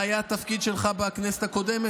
מה היה התפקיד שלך בכנסת הקודמת?